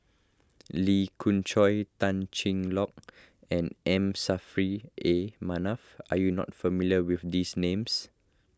Lee Khoon Choy Tan Cheng Lock and M Saffri A Manaf are you not familiar with these names